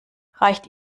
reicht